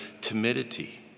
timidity